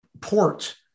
port